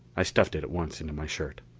i stuffed it at once into my shirt.